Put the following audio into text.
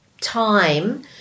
time